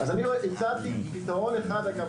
אז אני הצעתי פתרון אחד אגב,